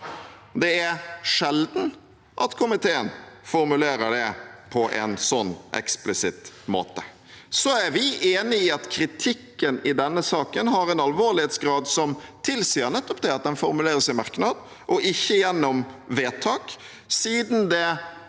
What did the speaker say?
Det er sjelden at komiteen formulerer det på en så eksplisitt måte. Vi er enig i at kritikken i denne saken har en alvorlighetsgrad som tilsier nettopp det, at den formuleres i merknad, og ikke gjennom vedtak, siden det er korrekt